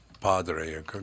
Padre